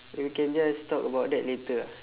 you can just talk about that later ah